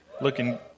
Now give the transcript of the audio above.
Looking